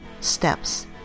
Steps